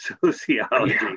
sociology